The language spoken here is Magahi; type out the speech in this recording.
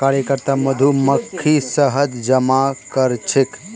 कार्यकर्ता मधुमक्खी शहद जमा करछेक